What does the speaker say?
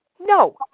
No